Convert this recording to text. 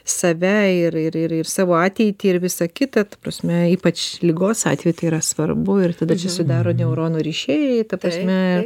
save ir ir ir savo ateitį ir visą kitą ta prasme ypač ligos atveju tai yra svarbu ir tada susidaro neuronų ryšiai ta prasme